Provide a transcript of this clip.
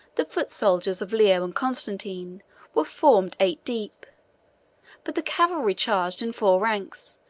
the foot soldiers of leo and constantine were formed eight deep but the cavalry charged in four ranks,